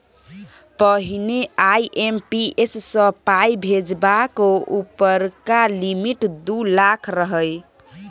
पहिने आइ.एम.पी.एस सँ पाइ भेजबाक उपरका लिमिट दु लाख रहय